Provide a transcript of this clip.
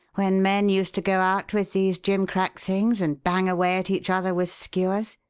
when men used to go out with these jimcrack things and bang away at each other with skewers!